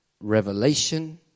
revelation